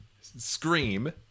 Scream